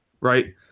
Right